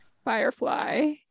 Firefly